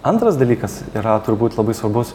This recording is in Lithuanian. antras dalykas yra turbūt labai svarbus